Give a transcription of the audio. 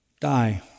die